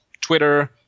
Twitter